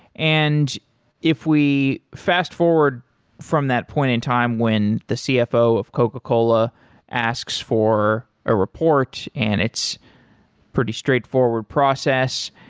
and if we fast-forward from that point in time when the cfo of coca-cola asks for a report and its pretty straightforward process.